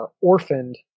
orphaned